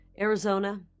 Arizona